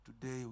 today